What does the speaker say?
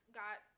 got